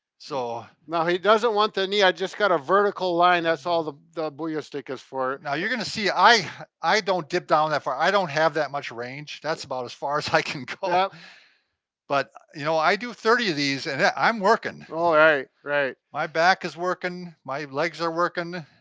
so now he doesn't want the knee i just got a vertical line that's all the the booyah stik is for. now you're gonna see i i don't dip down that far. i don't have that much range, that's about as far as i can go. but you know i do thirty of these and yeah i'm working. oh right, right. my back is working, my legs are working.